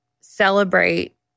celebrate